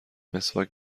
مسواک